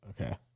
Okay